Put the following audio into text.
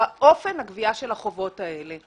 הוא אופן הגבייה של החובות האלה.